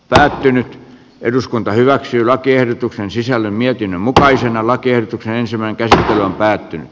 päättynyt eduskunta hyväksyi lakiehdotuksen sisällön mietinnön mukaisena lakiehdotukseen syvänkö on päättynyt